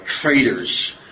traitors